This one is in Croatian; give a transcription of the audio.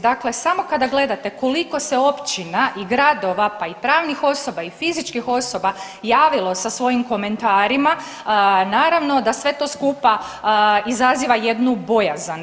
Dakle, samo kada gledate koliko se općina i gradova, pa i pravnih osoba, pa i fizičkih osoba javilo sa svojim komentarima naravno da sve to skupa izaziva jednu bojazan.